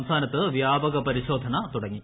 സംസ്ഥാനത്ത് വ്യാപക പരിശ്ചോർന്ന തുടങ്ങി